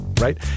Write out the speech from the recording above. Right